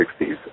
1960s